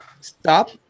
stop